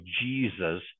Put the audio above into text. Jesus